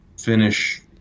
finish